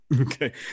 Okay